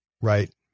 right